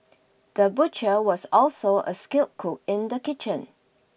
the butcher was also a skilled cook in the kitchen